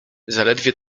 zaledwie